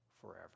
forever